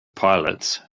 pilots